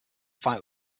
fight